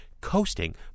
coasting